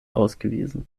ausgewiesen